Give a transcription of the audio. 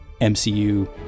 mcu